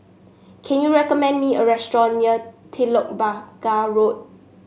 can you recommend me a restaurant near Telok Blangah Road